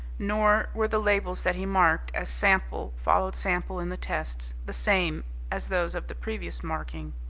nor were the labels that he marked, as sample followed sample in the tests, the same as those of the previous marking.